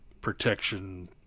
Protection